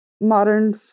modern